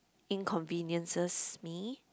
inconveniences me